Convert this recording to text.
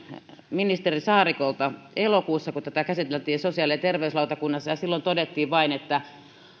ministeri saarikolta elokuussa kun tätä käsiteltiin sosiaali ja terveyslautakunnassa ja silloin todettiin vain että